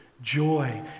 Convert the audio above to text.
joy